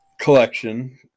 collection